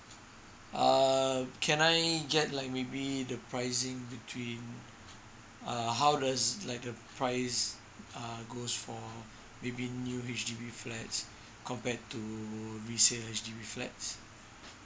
err can I get like maybe the pricing between err how does like a price uh goes for maybe new H_D_B flats compared to resale H_D_B flats